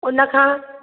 हुन खां